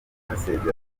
amasezerano